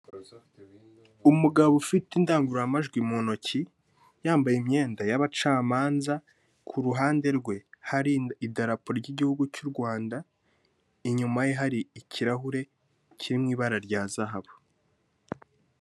Umugabo ufite indangurura majwi mu ntoki, yambaye imyenda y'abacamanza, ku ruhande rwe hari idarapo ry'igihugu cy'u Rwanda, inyuma ye hari ikirahure kiri mu ibara rya zahabu.